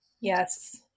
Yes